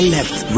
Left